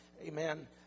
amen